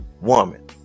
woman